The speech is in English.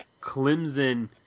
Clemson